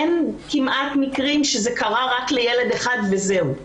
אין כמעט מקרים שזה קרה רק לילד אחד וזהו.